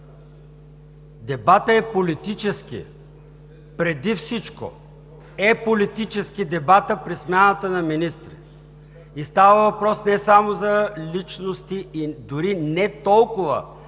Дебатът е политически, преди всичко е политически дебатът при смяната на министри, и става въпрос не само за личности, дори не толкова